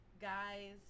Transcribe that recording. guys